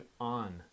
on